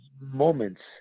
moments